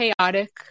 chaotic